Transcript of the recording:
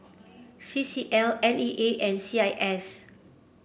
C C L N E A and C I S